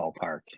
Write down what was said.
ballpark